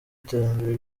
iterambere